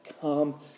come